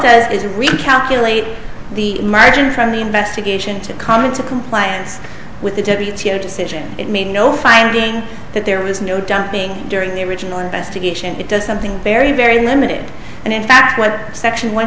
does is recalculate the margin from the investigation to come into compliance with the decision made no finding that there was no dumping during the original investigation it does something very very limited and in fact what section one